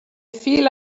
feel